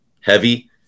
heavy